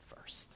first